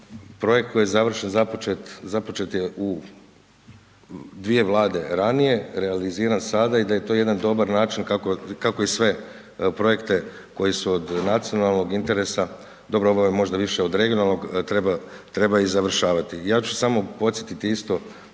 projekt koji je započet u dvije Vlade ranije, realiziran sada i da je to jedan dobar način kako i sve projekte koji su od nacionalnog interesa, dobro ovo je možda više od regionalnog, treba i završavati. Ja ću samo podsjetiti isto